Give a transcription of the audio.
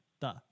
duh